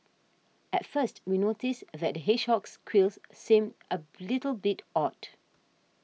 at first we noticed that the hedgehog's quills seemed a little bit odd